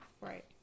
Right